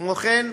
כמו כן,